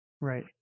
Right